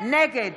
נגד